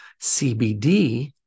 CBD